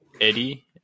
Eddie